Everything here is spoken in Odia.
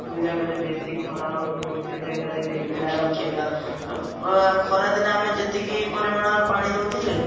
ଯେଉଁ ଜାଗାରେ ବେଶୀ ଖରା ହଉଥିବ ସେ ଜାଗାରେ ନେଇକିନା ରଖିବା ଖରାଦିନେ ଆମେ ଯେତିକି ପରିମାଣର ପାଣି ଦଉଥିଲେ